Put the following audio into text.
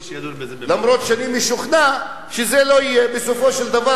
ואני אישית חוויתי על בשרי,